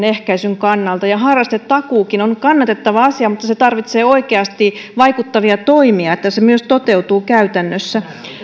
ehkäisyn kannalta ja harrastetakuukin on kannatettava asia mutta se tarvitsee oikeasti vaikuttavia toimia että se myös toteutuu käytännössä